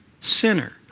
sinner